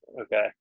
Okay